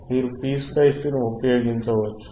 మీరు PSpice ని ఉపయోగించవచ్చు